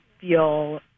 feel